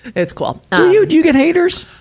it's cool. do you, do you get haters?